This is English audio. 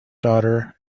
daughter